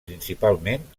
principalment